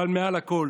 אבל מעל הכול